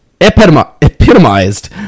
epitomized